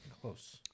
Close